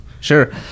Sure